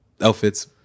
outfits